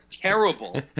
Terrible